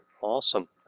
Awesome